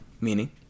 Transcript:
Meaning